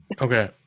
Okay